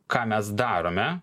ką mes darome